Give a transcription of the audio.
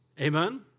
Amen